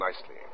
nicely